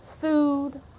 Food